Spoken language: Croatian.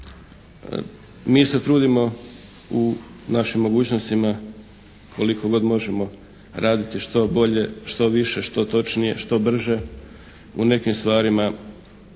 Mi se trudimo u našim mogućnostima koliko god možemo raditi što bolje, što više, što točnije, što brže. U nekim stvarima